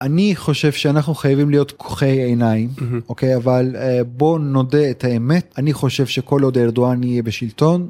אני חושב שאנחנו חייבים להיות כוחי עיניים אוקיי אבל בוא נודה את האמת אני חושב שכל עוד ארדואן יהיה בשלטון.